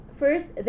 first